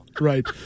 Right